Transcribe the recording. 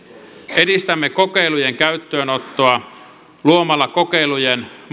edistämme kokeilujen käyttöönottoa luomalla kokeilut